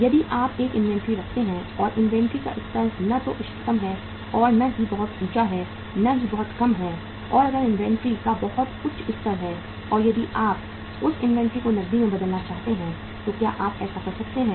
यदि आप एक इन्वेंट्री रखते हैं और इन्वेंट्री का स्तर न तो इष्टतम है और न ही बहुत ऊंचा है न ही बहुत कम है और अगर इन्वेंट्री का बहुत उच्च स्तर है और यदि आप उस इन्वेंट्री को नकदी में बदलना चाहते हैं तो क्या आप ऐसा कर सकते हैं